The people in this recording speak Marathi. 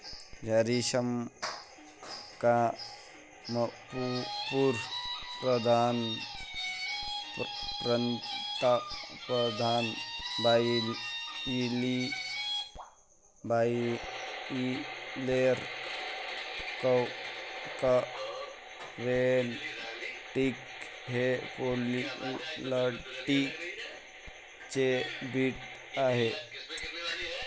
Jharsim, Kamrup, Pratapdhan, broiler, quail, turkey हे पोल्ट्री चे ब्रीड आहेत